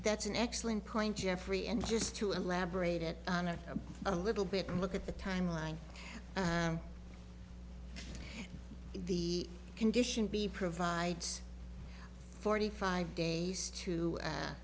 that's an excellent point jeffrey and just to elaborate it on a a little bit and look at the timeline the condition b provides forty five days to